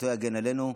זכותו תגן עלינו,